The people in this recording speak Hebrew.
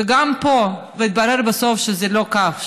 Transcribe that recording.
וגם פה מתברר בסוף שזה לא כך,